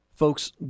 Folks